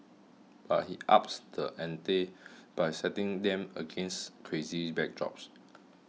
but he ups the ante by setting them against crazy backdrops